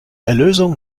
erlösung